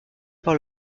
par